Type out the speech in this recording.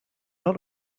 lot